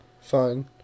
fine